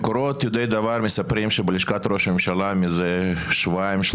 מקורות יודעי דבר מספרים שבלשכת ראש הממשלה מזה שבועיים-שלושה